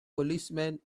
policeman